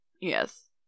Yes